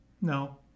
no